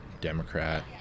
Democrat